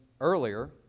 earlier